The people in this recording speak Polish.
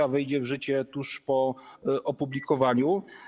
A wejdzie ona w życie tuż po opublikowaniu.